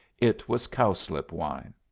it was cowslip wine.